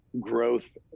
growth